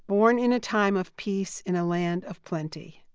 born in a time of peace in a land of plenty.